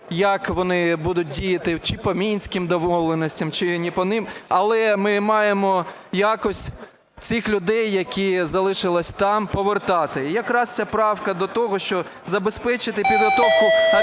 Як вони будуть діяти чи по Мінським домовленостям чи не по ним. Але ми маємо якось цих людей, які залишилися там, повертати. І якраз ця правка до того, що забезпечити підготовку абітурієнтів